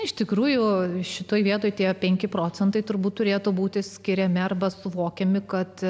iš tikrųjų šitoje vietoj tie penki procentai turbūt turėtų būti skiriami arba suvokiami kad